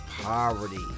poverty